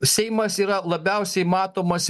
seimas yra labiausiai matomas